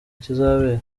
kizabera